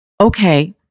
okay